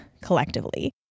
collectively